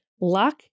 luck